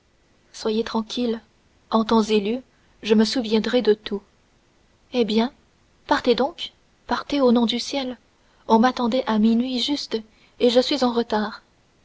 soyez tranquille en temps et lieu je me souviendrai de tout eh bien partez donc partez au nom du ciel on m'attendait à minuit juste et je suis en retard